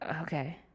Okay